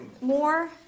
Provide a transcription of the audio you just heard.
more